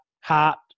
heart